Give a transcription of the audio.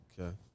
Okay